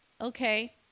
Okay